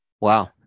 Wow